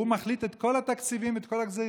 הוא מחליט על כל התקציבים ועל כל הגזרות,